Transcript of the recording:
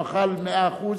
הוא אכל מאה אחוז,